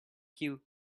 cue